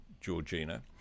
Georgina